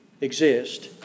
exist